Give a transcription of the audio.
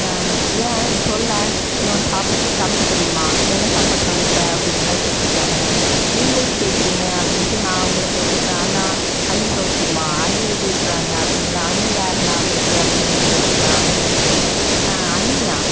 ஏன் சொல்லேன் உனக்கு சாப்பிட சமைக்க தெரியுமா என்ன சாப்பாடு சமைப்பே அப்படின்லாம் கேட்டிருக்குறாங்க நீங்கள் எதுக்கு கேட்குறீங்க அப்படின்ட்டு நான் அவங்கள கேட்டிருக்கேன் அண்ணா அண்ணி சௌக்கியமா அண்ணி எப்படி இருக்கிறாங்க அப்படின்லாம் அண்ணி யார்ண்ணா உங்களுக்கு அப்படின்லாம் கேட்டிருக்குறேன் அவங்க வந்துட்டு அண்ணியா